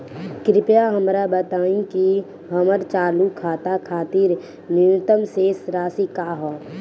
कृपया हमरा बताइं कि हमर चालू खाता खातिर न्यूनतम शेष राशि का ह